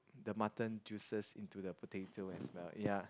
the mutton juices into the potato as well ya